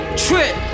trip